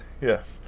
Yes